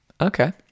Okay